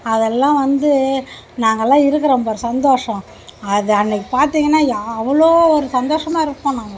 அதெல்லாம் வந்து நாங்கெல்லாம் இருக்கிறோம் பார் சந்தோஷம் அது அன்றைக்கு பார்த்திங்கன்னா யா அவ்வளோ ஒரு சந்தோஷமாக இருப்போம் நாங்கள்